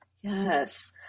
Yes